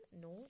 No